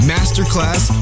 Masterclass